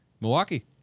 Milwaukee